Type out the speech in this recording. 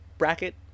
Bracket